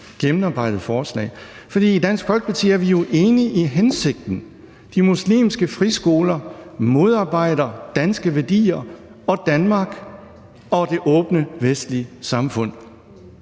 gennemarbejdet forslag, for i Dansk Folkeparti er vi jo enige i hensigten. De muslimske friskoler modarbejder danske værdier, Danmark og det åbne vestlige samfund.